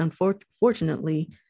unfortunately